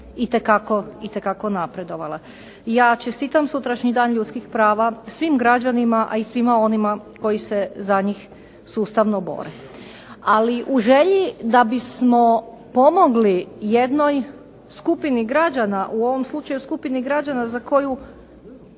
itekako napredovala. I ja čestitam sutrašnji Dan ljudskih prava svim građanima, a i svima onima koji se za njih sustavno bore. Ali, u želji da bismo pomogli jednoj skupini građana, u ovom slučaju skupini građana za koju